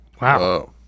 Wow